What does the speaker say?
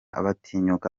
batinyuka